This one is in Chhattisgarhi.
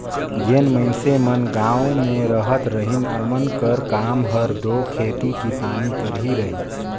जेन मइनसे मन गाँव में रहत रहिन ओमन कर काम हर दो खेती किसानी कर ही रहिस